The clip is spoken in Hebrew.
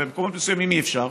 ובמקומות מסוימים אי-אפשר.